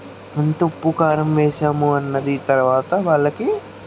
ఎంత ఉప్పు కారం వేసాము అన్నది తర్వాత వాళ్ళకి